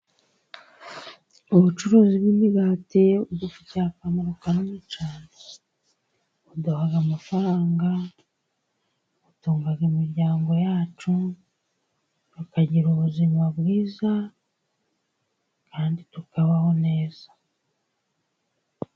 Ubucuruzi bw'imigati budufitiye akamaro kanini cyane. Buduhaha amafaranga, butunga imiryango yacu, tukagira ubuzima bwiza, kandi tukabaho neza.